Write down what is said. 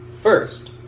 First